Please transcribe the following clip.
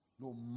No